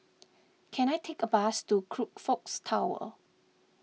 can I take a bus to Crockfords Tower